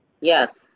yes